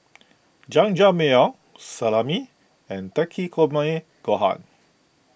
Jajangmyeon Salami and Takikomi Gohan